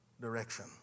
direction